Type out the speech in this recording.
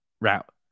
route